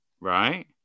right